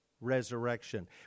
resurrection